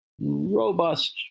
robust